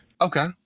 Okay